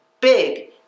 big